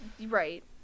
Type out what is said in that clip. right